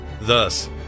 Thus